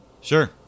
sure